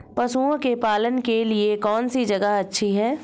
पशुओं के पालन के लिए कौनसी जगह अच्छी है?